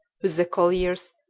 with the colliers,